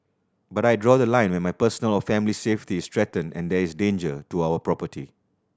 but I draw the line when my personal or family's safety is threatened and there is danger to our property